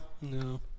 no